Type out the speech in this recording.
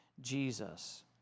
Jesus